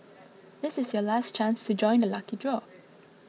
this is your last chance to join the lucky draw